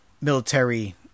military